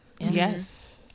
yes